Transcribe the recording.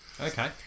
Okay